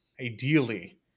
ideally